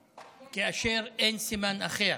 כאשר אין סימן אחר.